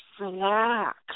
relax